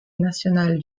nationale